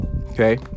okay